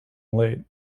late